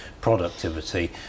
productivity